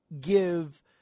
give